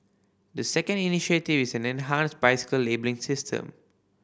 the second initiative is an enhanced bicycle labelling system